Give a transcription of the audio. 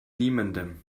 niemandem